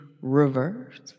Reverse